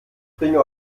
bringe